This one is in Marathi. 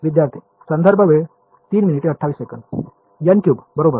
विद्यार्थीः n3 बरोबर